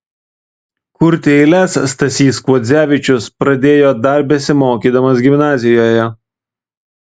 kurti eiles stasys kuodzevičius pradėjo dar besimokydamas gimnazijoje